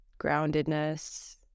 groundedness